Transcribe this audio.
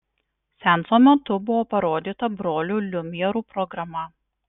seanso metu buvo parodyta brolių liumjerų programa